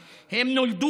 הם לא כלי שחמט.